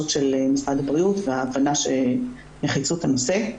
של משרד הבריאות והבנת נחיצות הנושא,